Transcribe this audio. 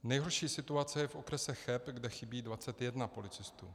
Nejhorší situace je v okrese Cheb, kde chybí 21 policistů.